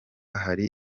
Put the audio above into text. hari